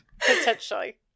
potentially